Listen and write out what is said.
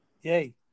Yay